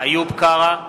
איוב קרא,